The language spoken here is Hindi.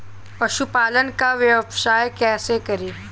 पशुपालन का व्यवसाय कैसे करें?